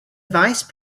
vice